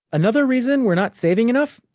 another reason we're not saving enough?